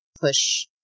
push